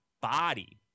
body